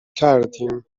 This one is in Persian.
کردیم